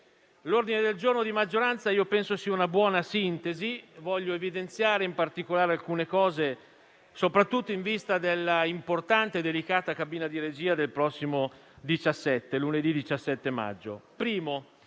l'ordine del giorno di maggioranza sia una buona sintesi e voglio evidenziare in particolare alcune cose, soprattutto in vista dell'importante e delicata cabina di regia di lunedì 17 maggio. In